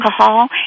alcohol